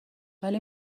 ولی